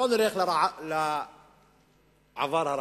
לא נלך לעבר הרחוק,